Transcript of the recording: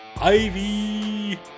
Ivy